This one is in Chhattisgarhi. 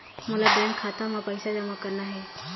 मोला बैंक खाता मां पइसा जमा करना हे?